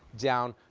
down.